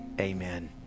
Amen